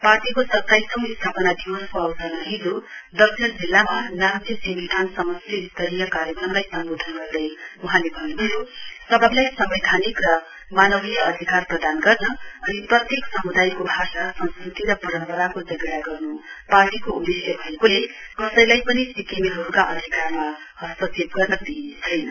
पार्टीको सताइसौँ स्थापना दिवसको अवसरमा हिजो दक्षिण जिल्लामा नाम्ची सिङ्गीथाङ समष्टि स्तरीय कार्यक्रमलाई सम्बोधन गर्दै वहाँले भन्न्भयो सबैलाई संवैधानिक र मानवीय अधिकार प्रदान गर्न अनि प्रत्येक सम्दायको भाषा संस्कृति र परम्पराको जगेडा गर्न पार्टीको उद्देश्य भएकोले कसैलाई पनि सिक्किमेहरूका अधिकारमा हस्तक्षेप गर्न दिइनेछैन